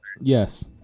Yes